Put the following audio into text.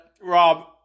Rob